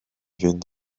fynd